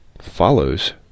follows